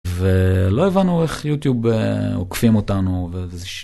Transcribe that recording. ולא הבנו איך יוטיוב עוקפים אותנו וזה ש...